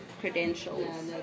credentials